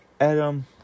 Adam